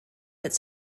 its